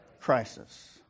crisis